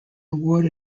award